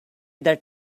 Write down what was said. that